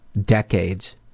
decades